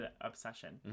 obsession